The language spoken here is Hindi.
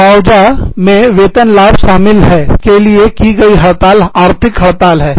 मुआवजा जिसमें वेतन लाभ शामिल है के लिए की गई हड़ताल आर्थिक हड़ताल है